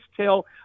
tell